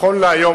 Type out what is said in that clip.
נכון להיום,